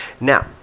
Now